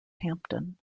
hampton